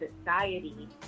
society